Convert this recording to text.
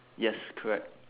yes correct